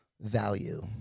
value